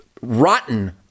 rotten